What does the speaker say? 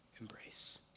embrace